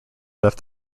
left